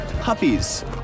puppies